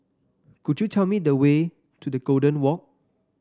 could you tell me the way to Golden Walk